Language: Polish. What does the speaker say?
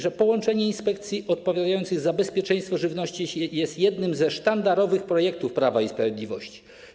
Że połączenie inspekcji odpowiadających za bezpieczeństwo żywności jest jednym ze sztandarowych projektów Prawa i Sprawiedliwości.